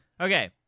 Okay